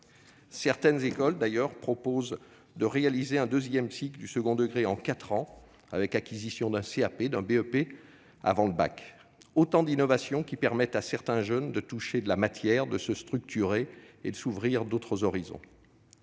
Certaines écoles proposent d'ailleurs de réaliser le deuxième cycle du second degré en quatre ans avec l'acquisition d'un CAP, d'un BEP ou du baccalauréat. Autant d'innovations qui permettent à certains jeunes de toucher de la matière et de se structurer pour s'ouvrir à d'autres horizons.